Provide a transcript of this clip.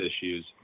issues